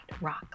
Rock